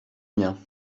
mien